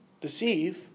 deceive